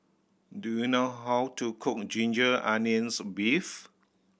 do you know how to cook ginger onions beef